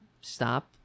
stop